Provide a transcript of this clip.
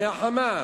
מה"חמאס",